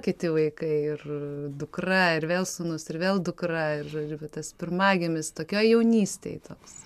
kiti vaikai ir dukra ir vėl sūnus ir vėl dukra ir žodžiu va tas pirmagimis tokioj jaunystėj toks